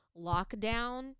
lockdown